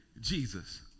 Jesus